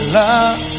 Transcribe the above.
love